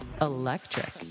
Electric